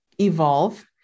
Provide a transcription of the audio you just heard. evolve